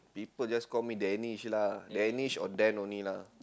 people just call me Danish lah Danish or Dan only lah